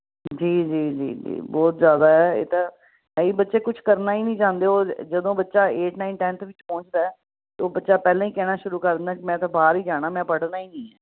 ਜੀ ਜੀ ਜੀ ਜੀ ਬਹੁਤ ਜ਼ਿਆਦਾ ਹੈ ਇਹ ਤਾਂ ਇਹ ਹੀ ਬੱਚੇ ਕੁਝ ਕਰਨਾ ਹੀ ਨਹੀਂ ਚਾਹੁੰਦੇ ਜੇ ਉਹ ਜਦੋਂ ਬੱਚਾ ਏਟ ਨਾਈਟ ਟੈਨਥ ਵਿੱਚ ਪਹੁੰਚਦਾ ਤਾਂ ਉਹ ਬੱਚਾ ਪਹਿਲਾਂ ਹੀ ਕਹਿਣਾ ਸ਼ੁਰੂ ਕਰ ਦਿੰਦਾ ਕਿ ਮੈਂ ਤਾਂ ਬਾਹਰ ਹੀ ਜਾਣਾ ਮੈਂ ਪੜ੍ਹਨਾ ਹੀ ਨਹੀਂ ਹੈ